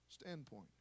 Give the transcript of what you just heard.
standpoint